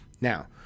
Now